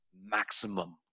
maximum